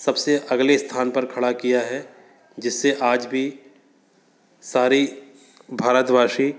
सब से अगले स्थान पर खड़ा किया जिससे आज भी सारे ही भारतवासी